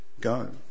Go